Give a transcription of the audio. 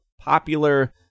popular